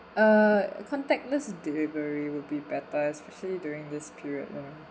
uh contactless delivery would be better especially during this period right